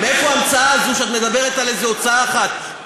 מאיפה ההמצאה הזו שאת מדברת על איזו הוצאה אחת?